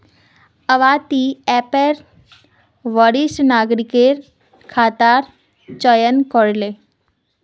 अब्बा ती ऐपत वरिष्ठ नागरिकेर खाता चयन करे ले